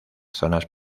zonas